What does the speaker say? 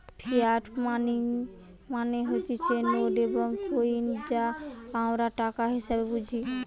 fiat money মানে হতিছে note এবং কইন যা আমরা টাকা হিসেবে বুঝি